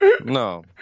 No